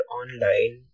online